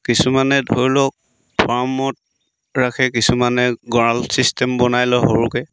কিছুমানে ধৰি লওক ফাৰ্মত ৰাখে কিছুমানে গড়াল চিষ্টেম বনাই লয় সৰুকৈ